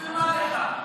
בשביל מה לך?